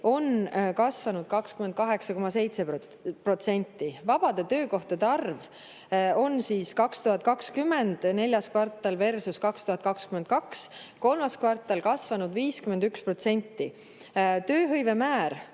on kasvanud 28,7%. Vabade töökohtade arv on 2020 neljas kvartal versus 2022 kolmas kvartal kasvanud 51%. Tööhõive määr